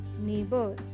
neighbor